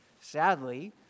Sadly